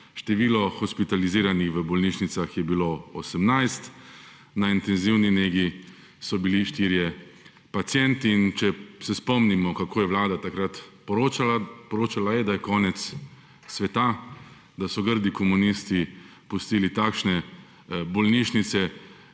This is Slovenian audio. število hospitaliziranih v bolnišnicah je bilo 18, na intenzivni negi so bili štirje pacienti. Če se spomnimo, kako je vlada takrat poročala: poročala je, da je konec sveta, da so grdi komunisti pustili takšne bolnišnice,